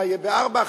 מה יהיה ב-16:00,